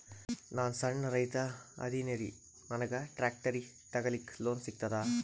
ನಾನ್ ಸಣ್ ರೈತ ಅದೇನೀರಿ ನನಗ ಟ್ಟ್ರ್ಯಾಕ್ಟರಿ ತಗಲಿಕ ಲೋನ್ ಸಿಗತದ?